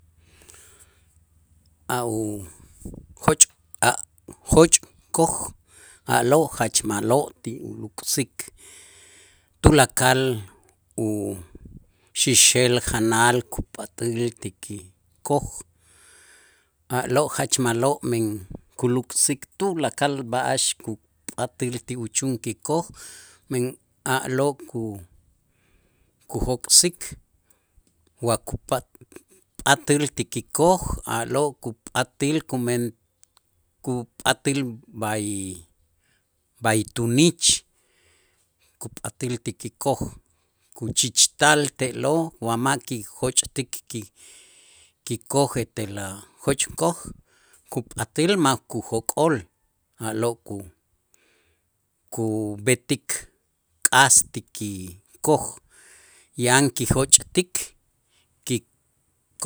A' u joch' a' joch'koj a'lo' jach ma'lo' ti uluk'sik tulakal u xixel janal kupat'äl ti kikoj a'lo' jach ma'lo' men kuluk'sik tulakal b'a'ax kupat'äl ti uchun kikoj men a'lo' ku- kujok'sik wa kupa pat'äl ti kikoj a'lo' kupat'äl kumen kupat'äl b'ay b'ay tunich kupat'äl ti kikoj kuchichtal te'lo' wa ma' kijoch'tik ki- kikoj etel a' joch'koj kupat'äl ma' kujok'ol, a'lo' ku- kub'etik k'as ti kikoj yan kijoch'tik ki